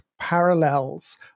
parallels